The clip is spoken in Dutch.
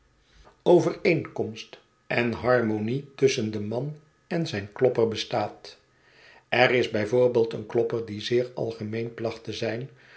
overeenkomst en harmonie tusschen den man en zijn klopper bestaat er is bijvoorbeeld een klopper die zeer algemeen placht te zijn